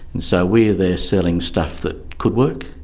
so we are there selling stuff that could work,